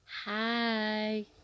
Hi